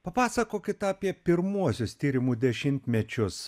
papasakokit apie pirmuosius tyrimų dešimtmečius